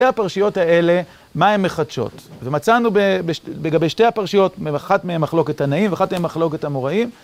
לגבי שתי הפרשיות האלה, מה הן מחדשות? ומצאנו לגבי שתי הפרשיות, אחת מהן מחלוקת הנעים ואחת מהן מחלוקת המוראים.